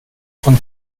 von